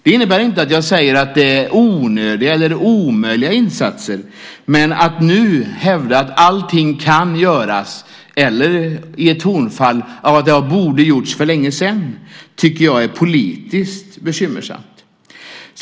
Det innebär inte att jag säger att det är onödiga eller omöjliga insatser, men att nu hävda att allting kan göras, eller anlägga ett tonfall av att det borde ha gjorts för länge sedan, tycker jag är politiskt bekymmersamt.